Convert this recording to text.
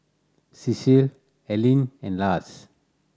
Cecile Alene and Lars